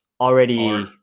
already